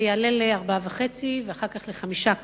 שזה יעלה ל-4.5 ואחר כך ל-5 קוב.